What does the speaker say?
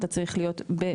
אתה צריך להיות בישראל.